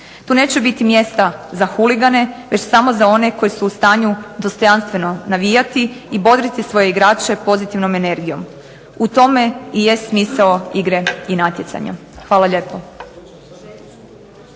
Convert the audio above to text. Tu neće biti mjesta za huligane već samo za one koji su u stanju dostojanstveno navijati i bodriti svoje igrače pozitivnom energijom. U tome i jest smisao igre i natjecanja. Hvala lijepo.